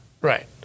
Right